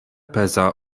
peza